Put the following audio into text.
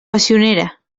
passionera